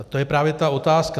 To je právě ta otázka.